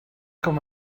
com